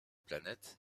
planètes